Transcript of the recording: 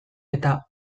eta